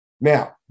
Now